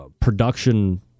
production